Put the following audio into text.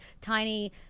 tiny